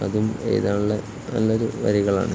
അതും എഴുതാനുള്ള നല്ലയൊരു വരികളാണ്